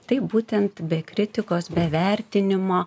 taip būtent be kritikos be vertinimo